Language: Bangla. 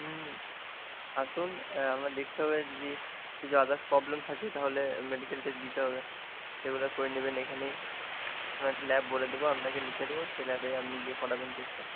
হুম আসুন আপনার দেখতে হবে যদি কিছু আদার্স প্রবলেম থাকে তাহলে মেডিকেল টেস্ট দিতে হবে সেগুলো করে নেবেন এখানেই আমি একটা ল্যাব বলে দেব আপনাকে লিখে দেব সেই ল্যাবে আপনি গিয়ে করাবেন টেস্টটা